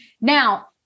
Now